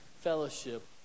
fellowship